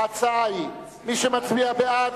מי שמצביע בעד,